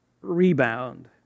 rebound